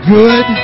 good